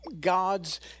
gods